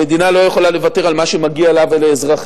המדינה לא יכולה לוותר על מה שמגיע לה ולאזרחיה.